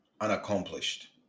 unaccomplished